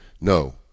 No